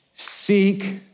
Seek